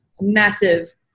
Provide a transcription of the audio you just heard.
massive